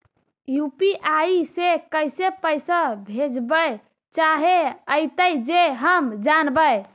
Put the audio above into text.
UPI से कैसे पैसा भेजबय चाहें अइतय जे हम जानबय?